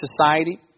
society